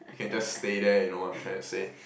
you can just stay there you know I'm trying to say